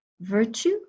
virtue